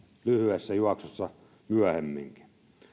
lyhyessä juoksussa myöhemmin